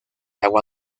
agua